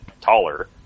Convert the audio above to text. taller